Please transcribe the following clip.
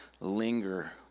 linger